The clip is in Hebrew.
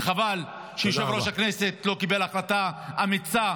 וחבל שיושב-ראש הכנסת לא קיבל החלטה אמיצה,